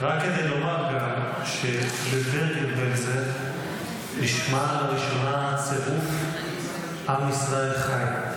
-- רק כדי לומר גם שבברגן-בלזן נשמע לראשונה הצירוף "עם ישראל חי".